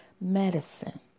medicine